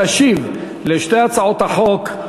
תשיב על שתי הצעות החוק,